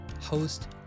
host